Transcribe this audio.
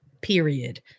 period